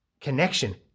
connection